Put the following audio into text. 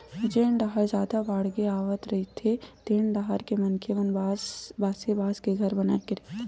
जेन डाहर जादा बाड़गे आवत रहिथे तेन डाहर के मनखे मन बासे बांस के घर बनाए के रहिथे